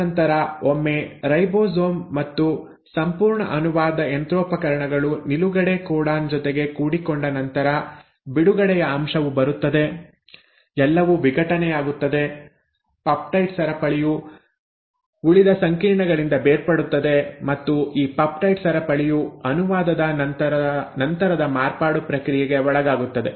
ತದನಂತರ ಒಮ್ಮೆ ರೈಬೋಸೋಮ್ ಮತ್ತು ಸಂಪೂರ್ಣ ಅನುವಾದ ಯಂತ್ರೋಪಕರಣಗಳು ನಿಲುಗಡೆ ಕೋಡಾನ್ ಜೊತೆಗೆ ಕೂಡಿಕೊಂಡ ನಂತರ ಬಿಡುಗಡೆಯ ಅಂಶವು ಬರುತ್ತದೆ ಎಲ್ಲವೂ ವಿಘಟನೆಯಾಗುತ್ತದೆ ಪೆಪ್ಟೈಡ್ ಸರಪಳಿಯು ಉಳಿದ ಸಂಕೀರ್ಣಗಳಿಂದ ಬೇರ್ಪಡುತ್ತದೆ ಮತ್ತು ಈ ಪೆಪ್ಟೈಡ್ ಸರಪಳಿಯು ಅನುವಾದದ ನಂತರದ ಮಾರ್ಪಾಡು ಪ್ರಕ್ರಿಯೆಗೆ ಒಳಗಾಗುತ್ತದೆ